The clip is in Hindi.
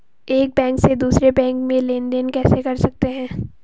एक बैंक से दूसरे बैंक में लेनदेन कैसे कर सकते हैं?